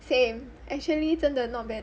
same actually 真的 not bad